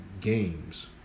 games